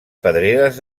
pedreres